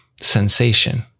sensation